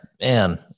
man